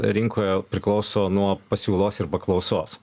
rinkoje priklauso nuo pasiūlos ir paklausos